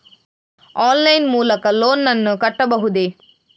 Online line ಮೂಲಕ loan ನನ್ನ ಕಟ್ಟಬಹುದೇ?